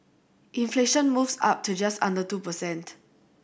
inflation moves up to just under two per cent